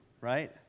right